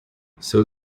seu